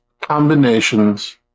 combinations